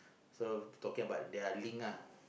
so talking about their link lah